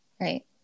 right